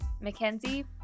Mackenzie